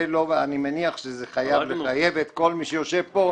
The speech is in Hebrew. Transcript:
אני מנח שזה לא חייב לחייב את כל מי שיושב כאן,